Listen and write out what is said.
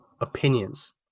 opinions